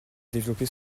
développer